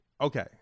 Okay